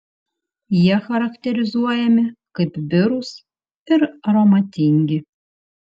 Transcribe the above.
jie charakterizuojami kaip birūs ir aromatingi